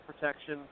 protection